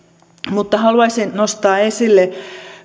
mutta haluaisin nostaa esille